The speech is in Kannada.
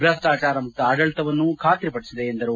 ಭ್ರಷ್ಟಾಚಾರ ಮುಕ್ತ ಆಡಳಿತವನ್ನು ಖಾತರಿಪಡಿಸಿದೆ ಎಂದರು